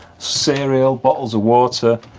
cereal, bottles of water.